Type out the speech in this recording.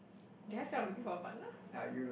do I fail looking for a partner